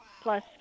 plus